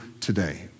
today